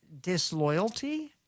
disloyalty